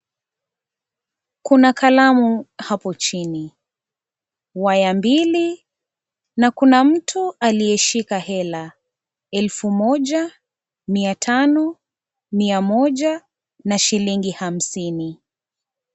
Kuna kalamu hapo chini, waya mbili na kuna mtu aliyeshika hela elfu moja, mia tano, mia moja na shilingi hamsini.